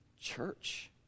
Church